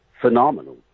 phenomenal